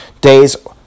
days